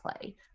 play